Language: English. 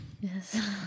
Yes